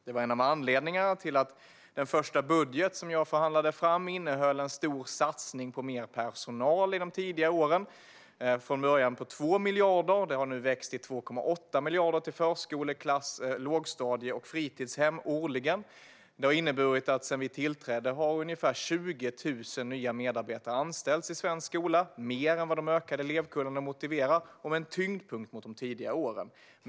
Det är en av anledningarna till att den första budget jag förhandlade fram innehöll en stor satsning på mer personal i de tidiga åren. Från början var satsningen på 2 miljarder, och den har nu växt till 2,8 miljarder till förskoleklass, lågstadium och fritidshem årligen. Det har inneburit att ungefär 20 000 nya medarbetare har anställts i svensk skola sedan vi tillträdde. Det är mer än vad de ökade elevkullarna motiverade, och tyngdpunkten ligger på de tidiga åren.